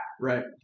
Right